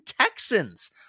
Texans